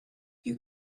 you